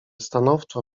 stanowczo